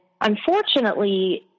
unfortunately